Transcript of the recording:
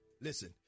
Listen